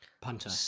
Punter